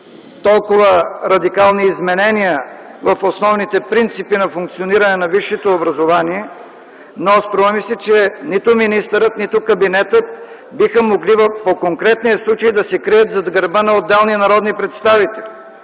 толкова радикални изменения в основните принципи на функциониране на висшето образование, но струва ми се, че нито министърът, нито Кабинетът биха могли по конкретния случай да се крият зад гърба на отделни народни представители.